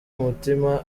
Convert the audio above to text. umutima